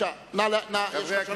בבקשה, יש לך שלוש דקות.